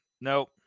Nope